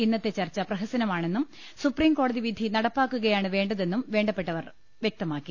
ഇന്നത്തെ ചർച്ച പ്രഹസനമാണെന്നും സുപ്രീംകോടതി വിധി നടപ്പാക്കുകയാണ് വേണ്ടതെന്നും വേണ്ടപ്പെട്ടവർ വ്യക്തമാക്കി